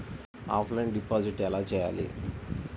Offline deposit ఎలా చేయాలి?